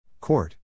Court